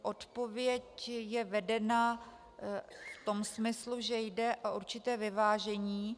Odpověď je vedena v tom smyslu, že jde o určité vyvážení.